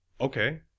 Okay